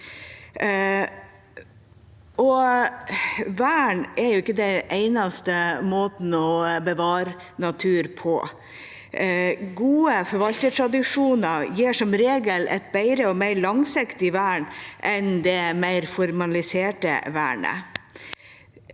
Vern er ikke den eneste måten å bevare natur på. Gode forvaltertradisjoner gir som regel et bedre og mer langsiktig vern enn det mer formaliserte vernet.